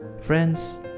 Friends